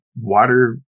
water